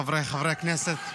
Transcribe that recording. חבריי חברי הכנסת ------ תודה,